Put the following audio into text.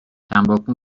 تنباکو